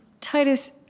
Titus